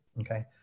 Okay